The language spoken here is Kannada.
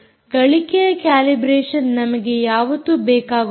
ಗಳಿಕೆಯ ಕ್ಯಾಲಿಬ್ರೇಷನ್ ನಮಗೆ ಯಾವತ್ತೂ ಬೇಕಾಗುತ್ತದೆ